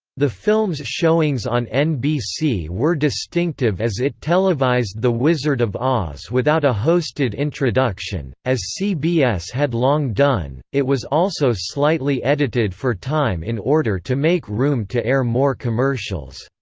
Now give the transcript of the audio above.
the film's showings on nbc were distinctive as it televised the wizard of oz without a hosted introduction, as cbs had long done it was also slightly edited for time in order to make room to air more commercials.